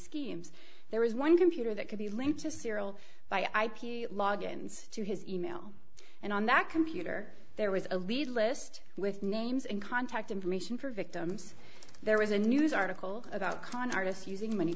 schemes there was one computer that could be linked to serial by ip logons to his email and on that computer there was a lead list with names and contact information for victims there was a news article about con artists using money